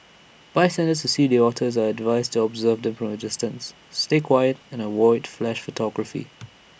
bystanders see the otters are advised to observe them from A distance stay quiet and avoid flash photography